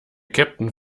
kapitän